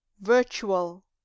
virtual